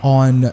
on